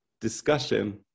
discussion